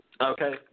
Okay